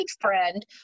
friend